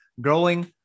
growing